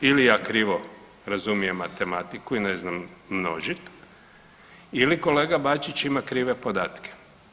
Netko, ili ja krivo razumijem matematiku i ne znam množit ili kolega Bačić ima krive podatke.